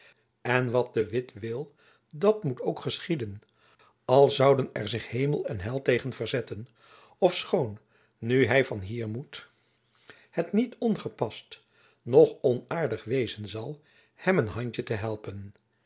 en wat de witt wil dat moet ook geschieden al zouden er zich hemel en hel tegen verzetten ofschoon nu hy van hier moet het niet ongepast noch onaardig wezen zal hem een handtjen te helpen